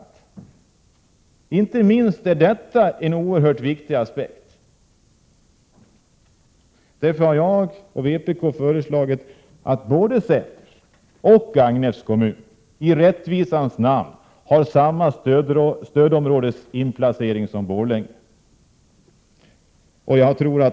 Detta inte minst är en oerhört viktig aspekt. Därför har jag och vpk föreslagit att både Säter och Gagnefs kommun i rättvisans namn skall ha samma stödområdesinplacering som Borlänge.